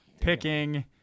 picking